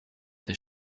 des